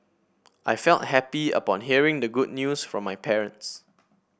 I felt happy upon hearing the good news from my parents